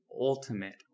ultimate